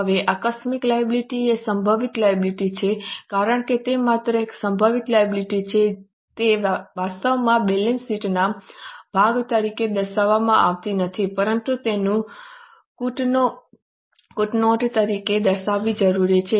હવે આકસ્મિક લાયબિલિટી એ સંભવિત લાયબિલિટી છે કારણ કે તે માત્ર એક સંભવિત લાયબિલિટી છે તે વાસ્તવમાં બેલેન્સ શીટના ભાગ તરીકે દર્શાવવામાં આવતી નથી પરંતુ તેને ફૂટનોટ તરીકે દર્શાવવી જરૂરી છે